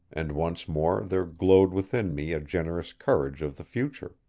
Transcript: and once more there glowed within me a generous courage of the future.